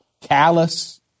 callous